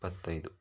ಇಪ್ಪತ್ತೈದು